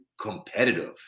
competitive